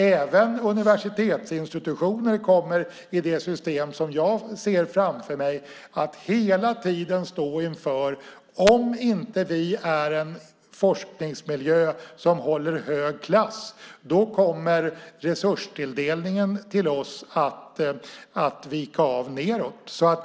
Även universitetsinstitutioner kommer i det system som jag ser framför mig att hela tiden stå inför detta: Om vi inte har en forskningsmiljö som håller hög klass kommer resurstilldelningen till oss att vika av nedåt.